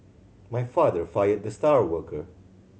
my father fired the star worker